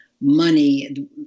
money